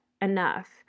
enough